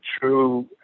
true